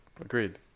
Agreed